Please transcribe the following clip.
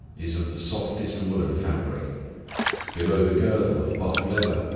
is of the softest woollen fabric below the girdle of buff leather,